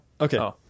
Okay